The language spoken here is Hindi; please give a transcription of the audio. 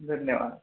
धन्यवाद